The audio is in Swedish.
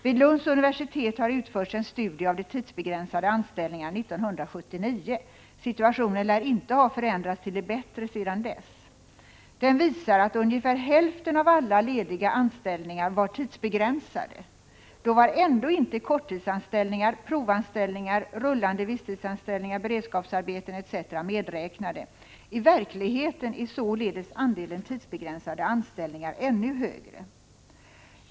Vid Lunds universitet har utförts en studie av de tidsbegränsade anställningarna 1979 — situationen lär inte ha förändrats till det bättre sedan dess. Den visar att ungefär hälften av alla lediga anställningar var tidsbegränsade. Då var ändå inte korttidsanställningar, provanställningar, rullande visstidsanställningar, beredskapsarbeten etc. medräknade. I verkligheten är således andelen tidsbegränsade anställningar ännu högre.